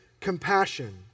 compassion